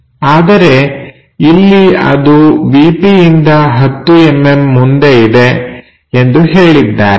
ಆದರೆ ಇಲ್ಲಿ ಅದು ವಿಪಿ ಇಂದ 10mm ಮುಂದೆ ಇದೆ ಎಂದು ಹೇಳಿದ್ದಾರೆ